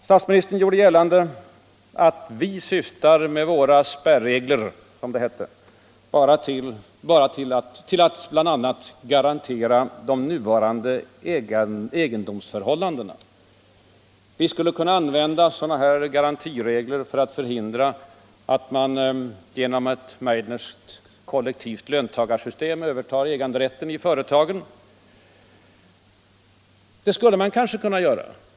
Statsministern gjorde gällande att vi med våra spärregler, som det hette, 159 bl.a. syftade till att ”garantera de nuvarande egendomsförhållandena”. Vi skulle kunna använda sådana här garantiregler för att hindra att man genom ett Meidnerskt kollektivt löntagarsystem övertar äganderätten i företagen. Ja, det skulle man kanske kunna göra.